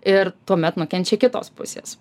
ir tuomet nukenčia kitos pusės